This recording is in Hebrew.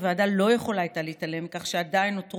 הוועדה לא הייתה יכולה להתעלם מכך שעדיין נותרו